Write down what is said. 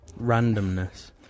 randomness